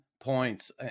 points